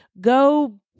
go